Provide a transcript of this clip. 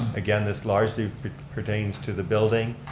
again this largely pertains to the building.